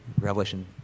Revelation